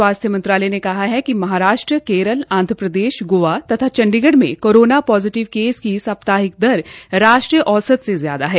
स्वास्थ्य मंत्रालय ने कहा है कि महाराष्ट्र केरल आंधप्रदेश गोवा तथा चंडीगढ़ में कोरोना पोजिटिव केस की साप्ताहिक दर राष्ट्रीय औसत से ज्यादा है